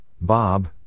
Bob